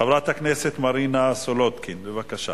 חברת הכנסת מרינה סולודקין, בבקשה.